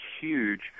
huge